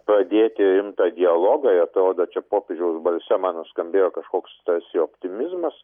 pradėti rimtą dialogą atrodo čia popiežiaus balse man nuskambėjo kažkoks tarsi optimizmas